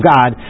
God